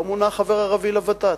לא מונה חבר ערבי לות"ת,